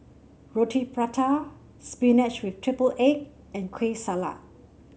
Roti Prata spinach with triple egg and Kueh Salat